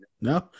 No